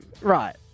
Right